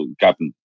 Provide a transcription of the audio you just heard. captain